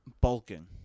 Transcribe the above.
Bulking